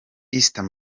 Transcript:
esther